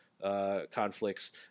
conflicts